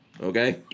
Okay